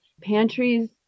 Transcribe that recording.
pantries